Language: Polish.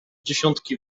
dziesiątki